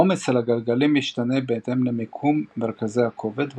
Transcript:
העומס על הגלגלים משתנה בהתאם למיקום מרכז הכובד,